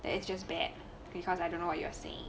that its just bad because I don't know what you are saying